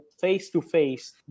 face-to-face